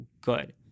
good